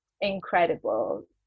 incredible